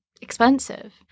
expensive